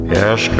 Yes